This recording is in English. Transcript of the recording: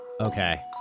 Okay